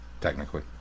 Technically